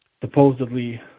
supposedly